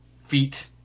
feet